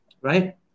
right